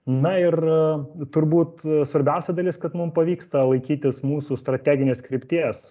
na ir turbūt svarbiausia dalis kad mum pavyksta laikytis mūsų strateginės krypties